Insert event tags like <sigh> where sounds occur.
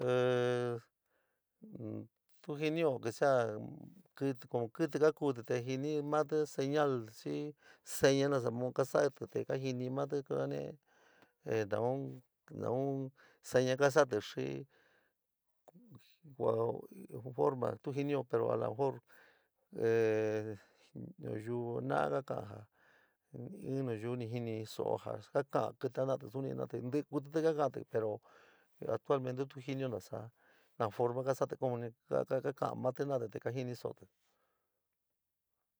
<hesitation> tu jinio saa como kiti keka kouti tee jini mati señal xii señal, nasa mo kasoti kajiníti ñaun ñaun, ñaun señal kaa sooti. Ni forma to jinio, pojo aa la mejor eee jinio a ñoó kaka ja, in mexiyo kajini soo ja kaka kitka jenoti. Sani ñiti kutiti kaketi pero oetuiamente ño jinio ntasa no forma kasati comunicar kakati matí jena´atí te ka jiniso´oti.